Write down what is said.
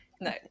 no